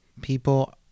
People